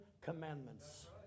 Commandments